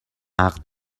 عقد